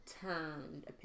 turned